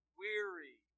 weary